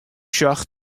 sjoch